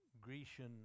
Grecian